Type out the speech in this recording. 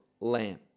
lamb